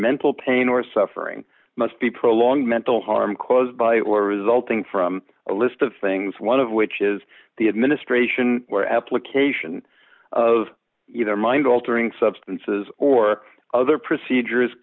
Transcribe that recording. mental pain or suffering must be prolonged mental harm caused by or resulting from a list of things one of which is the administration or application of either mind altering substances or other procedures